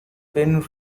been